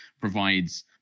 provides